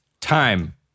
time